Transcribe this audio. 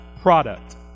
product